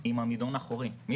עם עמידון אחורי, מי